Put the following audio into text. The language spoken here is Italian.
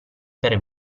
per